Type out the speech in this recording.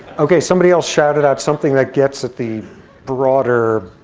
ok, somebody else shouted out something that gets at the broader,